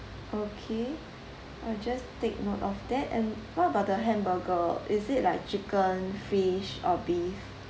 okay I'll just take note of that and what about the hamburger is it like chicken fish or beef